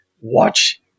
watch